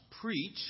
preach